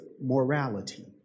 morality